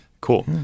cool